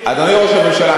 אדוני ראש הממשלה,